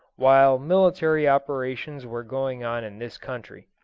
while military operations were going on in this country.